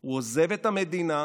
הוא עוזב את המדינה,